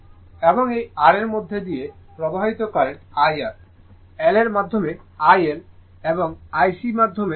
সুতরাং এই R এর মধ্য দিয়ে প্রবাহিত কারেন্ট IR L এর মাধ্যমে IL এবং IC মাধ্যমে